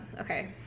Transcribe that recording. okay